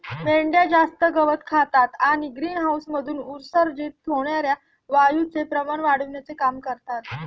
मेंढ्या जास्त गवत खातात आणि ग्रीनहाऊसमधून उत्सर्जित होणार्या वायूचे प्रमाण वाढविण्याचे काम करतात